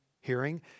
hearing